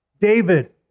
David